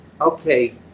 okay